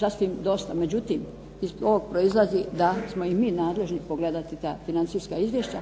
sasvim dosta. Međutim, iz ovoga proizlazi da smo i mi nadležni pogledati ta financijska izvješća